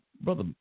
Brother